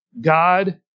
God